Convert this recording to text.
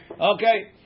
Okay